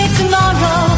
tomorrow